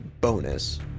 bonus